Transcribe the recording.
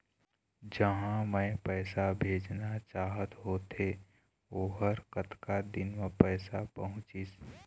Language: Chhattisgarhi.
जहां मैं पैसा भेजना चाहत होथे ओहर कतका दिन मा पैसा पहुंचिस?